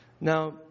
Now